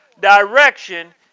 direction